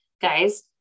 guys